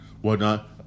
Whatnot